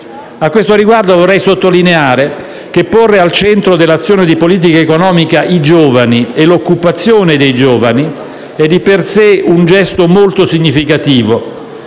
A questo riguardo, vorrei sottolineare che porre al centro dell'azione di politica economica i giovani e la loro occupazione è di per sé un gesto molto significativo